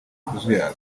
kuzuyaza